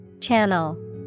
Channel